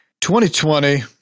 2020